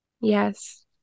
Yes